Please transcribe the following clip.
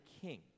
king